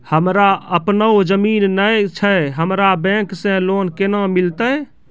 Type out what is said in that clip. हमरा आपनौ जमीन नैय छै हमरा बैंक से लोन केना मिलतै?